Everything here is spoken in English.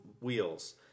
wheels